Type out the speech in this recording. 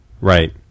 right